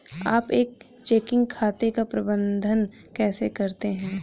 आप एक चेकिंग खाते का प्रबंधन कैसे करते हैं?